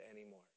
anymore